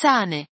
Zane